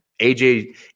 AJ